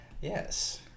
Yes